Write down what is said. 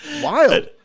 Wild